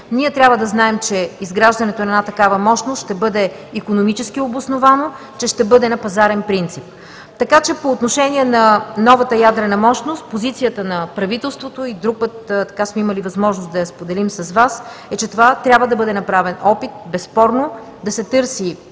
Ние трябва да знаем, че изграждането на една такава мощност ще бъде икономически обосновано, че ще бъде на пазарен принцип. По отношение на новата ядрена мощност, позицията на правителството, и друг път сме имали възможност да я споделим с Вас е, че безспорно трябва да бъде направен опит да се търси